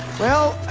well.